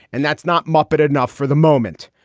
and that's not muppet enough for the moment.